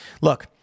Look